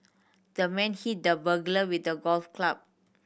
the man hit the burglar with a golf club